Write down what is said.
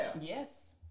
Yes